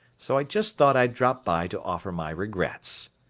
so i just thought i'd drop by to offer my regrets.